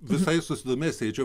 visai susidomėjęs eičiau